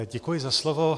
Děkuji za slovo.